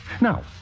Now